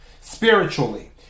Spiritually